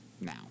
now